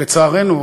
לצערנו.